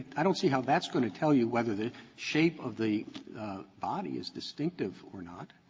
i don't see how that's going to tell you whether the shape of the body is distinctive or not.